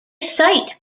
cite